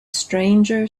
stranger